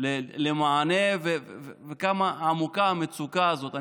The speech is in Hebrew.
למענה וכמה עמוקה המצוקה הזאת.